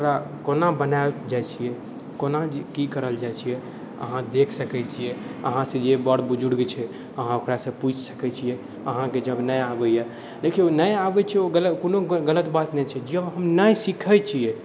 ओकरा कोना बनाएल जाइ छिए कोना कि करल जाइ छिए अहाँ देखि सकै छिए अहाँसँ जे बड़ बुजुर्ग छै अहाँ ओकरासँ पूछि सकै छिए अहाँके जब नहि आबैए देखिऔ नहि आबै छै ओ गलत कोनो गलत बात नहि छै जँ हम नहि सिखै छिए